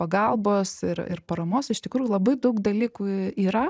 pagalbos ir ir paramos iš tikrųjų labai daug dalykų yra